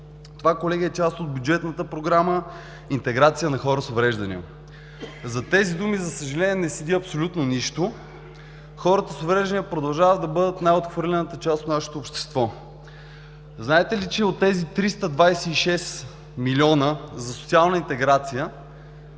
Това, колеги, е част от бюджетната програма „Интеграция на хора с увреждания“. Зад тези думи, за съжаление, не седи абсолютно нищо. Хората с увреждания продължават да бъдат най-отхвърляната част от нашето общество. Знаете ли, че от тези 326 милиона за социална интеграция